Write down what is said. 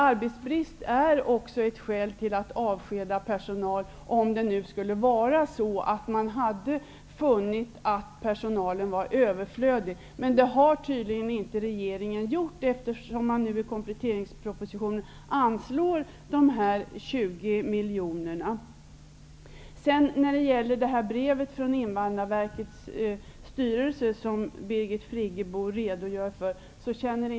Arbetsbrist är ett skäl för att avskeda personal, om man hade funnit att personalen var överflödig. Men det har tydligen inte regeringen gjort, eftersom man nu i kompletteringspropositionen anslår de här 20 Jag känner inte alls igen beskrivningen av det brev från Invandrarverkets styrelse som Birgit Friggebo redogör för.